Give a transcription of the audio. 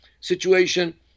situation